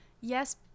yes